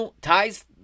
ties